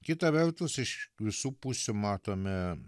kita vertus iš visų pusių matome